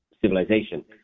civilization